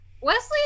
wesley